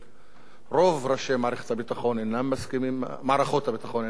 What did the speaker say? הביטחון אינם מסכימים עם הרפתקה כזו,